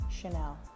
Chanel